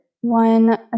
One